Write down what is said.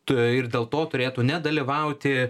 tai ir dėl to turėtų nedalyvauti